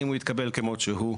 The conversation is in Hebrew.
אם הוא יתקבל כמו שהוא,